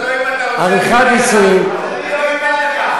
אם אתה רוצה אני אתן לך,